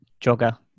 jogger